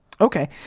Okay